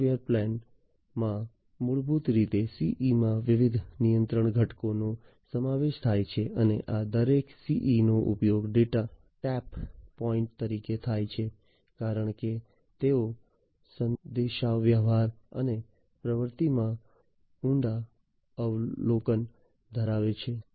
software પ્લેનમાં મૂળભૂત રીતે CE માં વિવિધ નિયંત્રણ ઘટકોનો સમાવેશ થાય છે અને આ દરેક ce નો ઉપયોગ ડેટા ટેપ પોઈન્ટ તરીકે થાય છે કારણ કે તેઓ સંદેશાવ્યવહાર અને પ્રવૃત્તિમાં ઊંડા અવલોકન ધરાવે છે